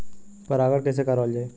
परागण कइसे करावल जाई?